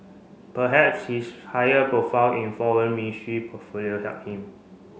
perhaps his higher profile in Foreign Ministry portfolio helped him